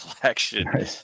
collection